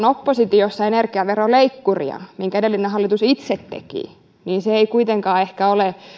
oppositiossa oltaessa energiaveroleikkuria minkä edellinen hallitus itse teki se ei kuitenkaan ehkä ole